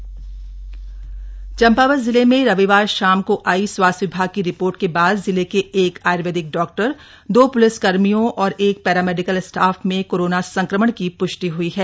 Champawat corona update Champawat जिले में रविवार शाम को आई स्वास्थ्य विभाग की रिपोर्ट के बाद जिले के एक आय्र्वेदिक डॉक्टर दो प्लिसकर्मियों और एक पैरामेडिकल स्टाफ में कोरोना संक्रमण की प्ष्टि हई है